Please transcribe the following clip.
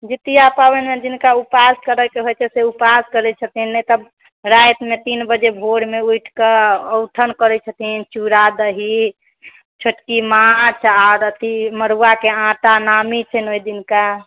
जितिया पावनिमे जिनका उपास करयके होइ छै से उपास करै छथिन्ह नहि तऽ रातिमे तीन बजे भोरमे उठिकऽ औठगन करै छथिन्ह चूड़ा दही छोटकी माछ आर अथि मड़ुआके आँटा नामी छै ने ओहिदिनके